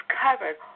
covered